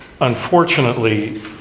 unfortunately